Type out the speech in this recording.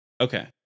Okay